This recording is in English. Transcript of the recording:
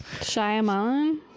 Shyamalan